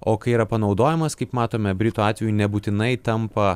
o kai yra panaudojamas kaip matome britų atveju nebūtinai tampa